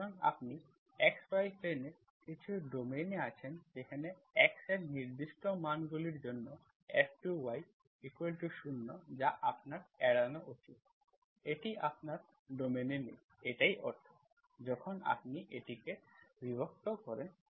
সুতরাং আপনি xy প্লেনে কিছু ডোমেইন এ আছেন যেখানে x এর নির্দিষ্ট মানগুলির জন্য f2y0 যা আপনার এড়ানো উচিত এটি আপনার ডোমেইনে নেই এটাই অর্থ যখন আপনি এটিকে বিভক্ত করেন